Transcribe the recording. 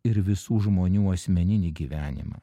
ir visų žmonių asmeninį gyvenimą